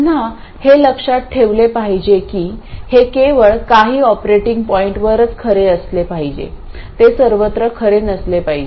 पुन्हा हे लक्षात ठेवले पाहिजे की हे केवळ काही ऑपरेटिंग पॉईंटवरच खरे असले पाहिजे हे सर्वत्र खरे नसले पाहिजे